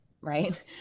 right